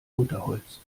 unterholz